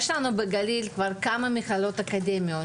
יש לנו בגליל כבר כמה מכללות אקדמיות,